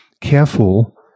careful